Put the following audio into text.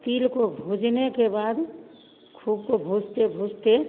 तिल को भूँजने के बाद खूब को भूँजते भूँजते